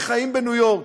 וחיים בניו יורק,